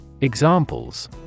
Examples